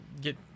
get